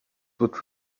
would